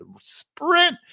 sprint